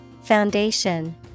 Foundation